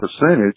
percentage